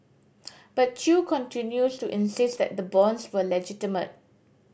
but Chew continues to insist that the bonds were legitimate